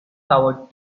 powered